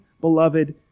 beloved